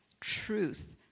truth